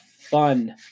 fun